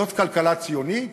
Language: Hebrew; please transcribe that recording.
זאת כלכלה ציונית?